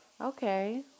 Okay